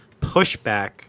pushback